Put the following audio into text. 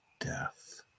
death